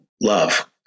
love